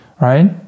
right